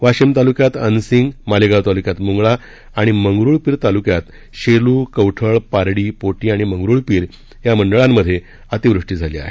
वाशिम तालुक्यात अनसिंग मालेगांव तालुक्यात मुंगळा आणि मंगरुळपिर तालुक्यात शेलू कवठळ पार्डी पोटी आणि मंगरुळपिर या मंडळांमध्ये अतिवृष्टी झाली आहे